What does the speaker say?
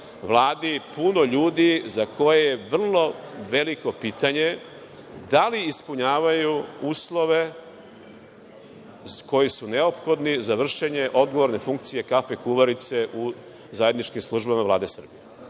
Vladi puno ljudi za koje je veliko pitanje da li ispunjavaju uslove koji su neophodni za vršenje odgovorne funkcije kafe kuvarice u zajedničkim službama Vlade